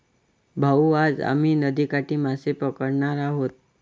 भाऊ, आज आम्ही नदीकाठी मासे पकडणार आहोत